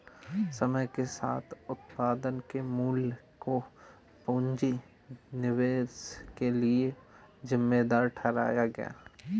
समय के साथ उत्पादन के मूल्य को पूंजी निवेश के लिए जिम्मेदार ठहराया गया